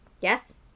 yes